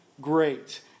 great